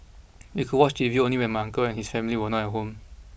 and we could watch T V only when my uncle and his family were not at home